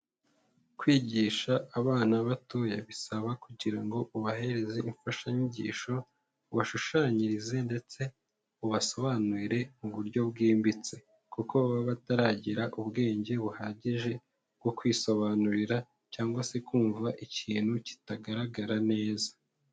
Kwigisha abana batoya bisaba kugira ngo ubahereze imfashanyigisho, ubashushanyirize ndetse ubasobanurire mu buryo bwimbitse, kuko baba bataragira ubwenge buhagije bwo kwisobanurira cyangwa se kumva ikintu kitagaragara neza.